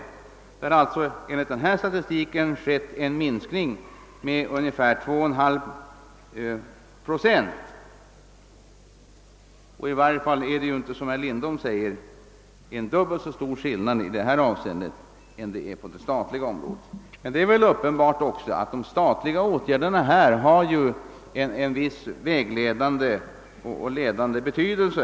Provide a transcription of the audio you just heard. Det har alltså enligt denna statistik skett en minskning med ungefär 2,5 procent. Och i varje fall är det ju inte som herr Lindholm säger, att skillnaden skulle vara dubbelt så stor på det enskilda området som på det statliga. Det är uppenbart att de statliga åtgärderna har en viss vägledande betydelse.